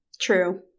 True